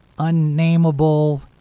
Unnameable